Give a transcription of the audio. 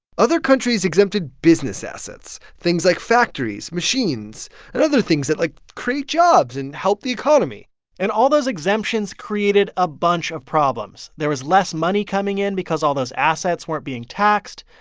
other countries exempted business assets, things like factories, machines and other things that, like, create jobs and help the economy and all those exemptions created a bunch of problems. there was less money coming in because all those assets weren't being taxed.